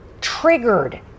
triggered